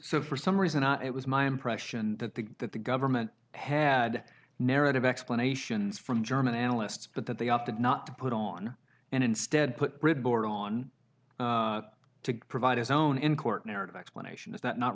so for some reason it was my impression that the that the government had narrative explanations from german analysts but that they opted not to put on and instead put bridgeboro on to provide his own in court narrative explanation is that not